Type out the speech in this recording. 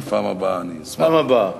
בפעם הבאה, אני אשמח.